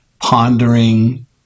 pondering